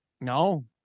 No